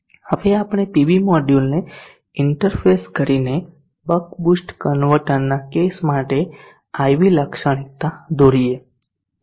હવે આપણે પીવી મોડ્યુલને ઇન્ટરફેસ કરીને બક બૂસ્ટ કન્વર્ટરના કેસ માટે IV લાક્ષણિકતા દોરીએ